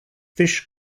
fish